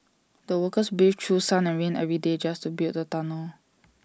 the workers braved through sun and rain every day just to build the tunnel